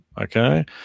Okay